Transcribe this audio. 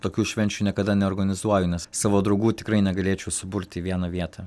tokių švenčių niekada neorganizuoju nes savo draugų tikrai negalėčiau suburti į vieną vietą